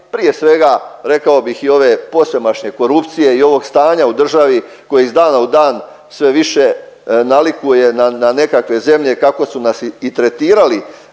prije svega rekao bih i ove posvemašne korupcije i ovog stanja u državi koje iz dana u dan sve više nalikuje na, na nekakve zemlje kako su nas i tretirali